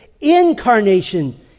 incarnation